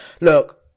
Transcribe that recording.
look